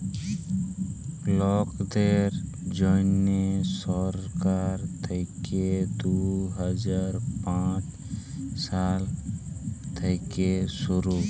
লকদের জ্যনহে সরকার থ্যাইকে দু হাজার পাঁচ সাল থ্যাইকে শুরু